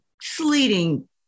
sleeting